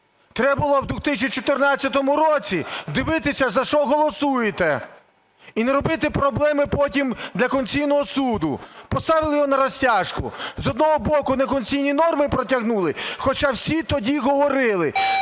Треба було в 2014 році дивитися, за що голосуєте, і не робити проблеми потім для Конституційного Суду. Поставили його на розтяжку: з одного боку, неконституційні норми протягнули, хоча всі тоді говорили,